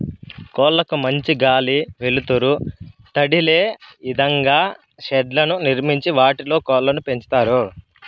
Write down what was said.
కోళ్ళ కు మంచి గాలి, వెలుతురు తదిలే ఇదంగా షెడ్లను నిర్మించి వాటిలో కోళ్ళను పెంచుతారు